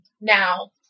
Now